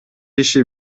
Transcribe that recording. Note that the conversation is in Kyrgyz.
иши